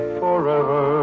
forever